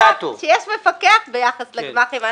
שיש מפקח ביחס לגמ"חים,